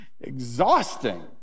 exhausting